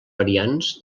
variants